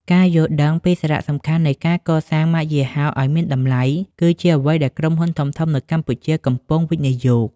ការយល់ដឹងពីសារៈសំខាន់នៃការកសាងម៉ាកយីហោឱ្យមានតម្លៃ គឺជាអ្វីដែលក្រុមហ៊ុនធំៗនៅកម្ពុជាកំពុងវិនិយោគ។